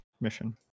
mission